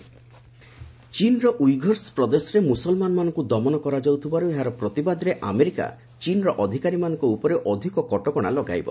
US China visa ଚୀନ୍ର Uighurs ପ୍ରଦେଶରେ ମୁସଲମାନମାନଙ୍କୁ ଦମନ କରାଯାଉଥିବାରୁ ଏହାର ପ୍ରତିବାଦରେ ଆମେରିକା ଚୀନ୍ର ଅଧିକାରୀମାନଙ୍କ ଉପରେ ଅଧିକ କଟକଣା ଲଗାଇବ